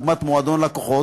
דוגמת מועדון לקוחות,